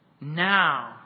Now